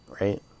right